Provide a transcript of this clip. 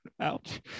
Ouch